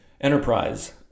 enterprise